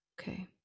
Okay